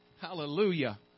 Hallelujah